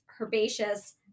herbaceous